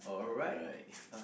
right